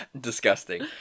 Disgusting